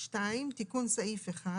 תיקון סעיף 1